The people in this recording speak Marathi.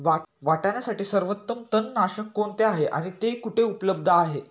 वाटाण्यासाठी सर्वोत्तम तणनाशक कोणते आहे आणि ते कुठे उपलब्ध आहे?